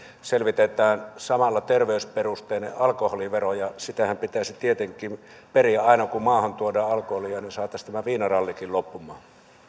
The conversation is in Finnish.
selvitetään samalla terveysperusteinen alkoholivero ja sitähän pitäisi tietenkin periä aina kun maahan tuodaan alkoholia että saataisiin tämä viinarallikin loppumaan